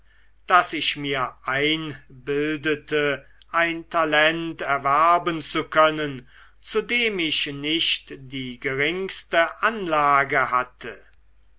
daß ich mir einbildete ein talent erwerben zu können zu dem ich nicht die geringste anlage hatte